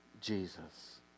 Jesus